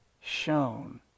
shown